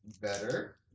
better